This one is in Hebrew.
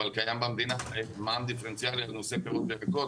אבל קיים במדינה מע"מ דיפרנציאלי על נושא פירות וירקות